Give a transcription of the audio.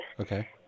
Okay